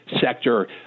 sector